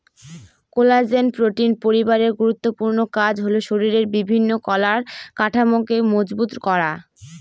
collagen protein পরিবারের গুরুত্বপূর্ণ কাজ হল শরীরের বিভিন্ন কলার কাঠামোকে মজবুত করা